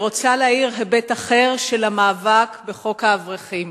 אני רוצה להאיר היבט אחר של המאבק בחוק האברכים.